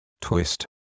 twist